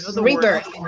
Rebirth